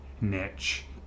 niche